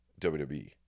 WWE